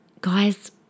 Guys